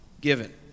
given